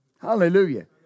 Hallelujah